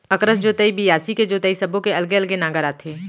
अकरस जोतई, बियासी के जोतई सब्बो के अलगे अलगे नांगर आथे